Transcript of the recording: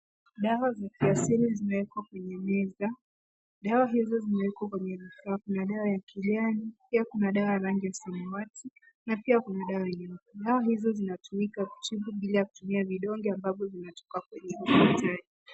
Dawa za kiasili zimewekwa kwenye meza. Dawa hizo zimewekwa kwenye vifaa fulani. Pia Kuna dawa ya kijani pia kuna dawa ya samawati na pia kuna dawa nyingine. Dawa hiyo zinatumika kutibu bila kutumia vidonge ambavyo inatoka kwenye hospitali.